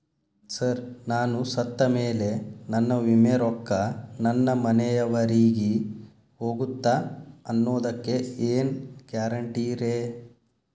Sir ನಾನು ಸತ್ತಮೇಲೆ ನನ್ನ ವಿಮೆ ರೊಕ್ಕಾ ನನ್ನ ಮನೆಯವರಿಗಿ ಹೋಗುತ್ತಾ ಅನ್ನೊದಕ್ಕೆ ಏನ್ ಗ್ಯಾರಂಟಿ ರೇ?